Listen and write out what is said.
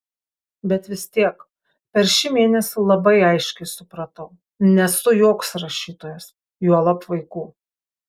bet vis tiek per šį mėnesį labai aiškiai supratau nesu joks rašytojas juolab vaikų